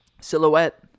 Silhouette